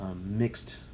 mixed